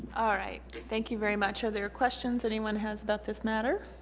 alright thank you very much are there questions anyone has about this matter?